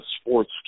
sports